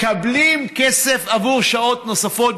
מקבלים כסף עבור שעות נוספות,